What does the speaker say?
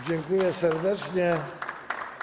Dziękuję serdecznie.